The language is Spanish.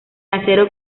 acero